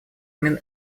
именно